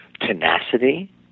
tenacity